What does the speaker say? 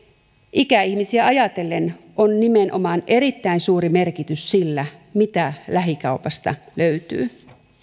ikäihmisiä ajatellen on nimenomaan erittäin suuri merkitys sillä mitä lähikaupasta löytyy